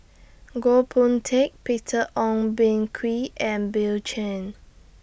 Goh Boon Teck Peter Ong Boon Kwee and Bill Chen